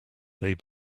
they